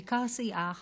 בעיקר סיעה אחת,